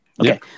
Okay